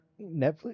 Netflix